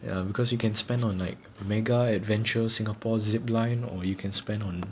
ya because you can spend on like mega adventures singapore zipline or you can spend on